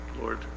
Lord